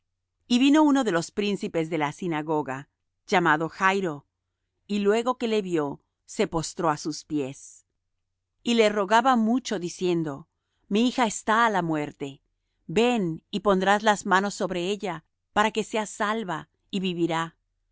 y vino uno de los príncipes de la sinagoga llamado jairo y luego que le vió se postró á sus pies y le rogaba mucho diciendo mi hija está á la muerte ven y pondrás las manos sobre ella para que sea salva y vivirá